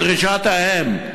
כדרישת האם.